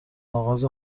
آغاز